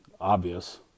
obvious